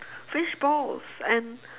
fishballs and